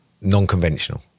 non-conventional